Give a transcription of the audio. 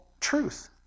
truth